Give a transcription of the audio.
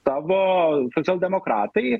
tavo socialdemokratai